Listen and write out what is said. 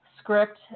script